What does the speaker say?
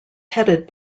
headed